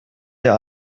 der